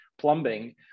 plumbing